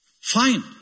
Fine